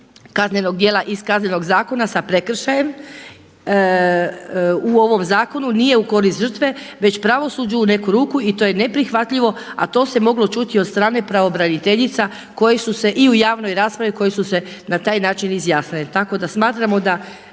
kaznenog dijela iz Kaznenog zakona sa prekršajem u ovom zakonu nije u korist žrtve već pravosuđu u neku ruku i to je neprihvatljivo, a to se moglo čuti i od strane pravobraniteljica koje su se i u javnoj raspravi koje su se na taj način izjasnile.